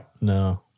no